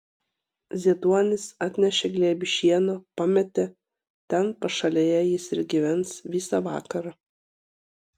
zieduonis atnešė glėbį šieno pametė ten pašalėje jis ir gyvens visą vakarą